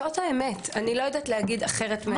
זאת האמת, אני לא יודעת להגיד אחרת מן האמת.